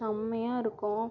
செம்மையா இருக்கும்